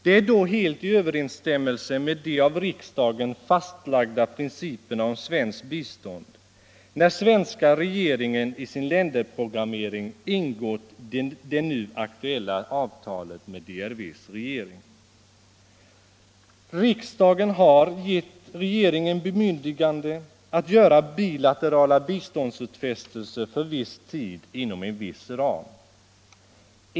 Det är då helt i överensstämmelse med de av riksdagen fastlagda principerna om svenskt bistånd när svenska regeringen i sin länderprogrammering ingått det nu aktuella avtalet med DRV:s regering. Riksdagen har gett regeringen bemyndigande att göra bilaterala biståndsutfästelser för viss tid inom en viss ram.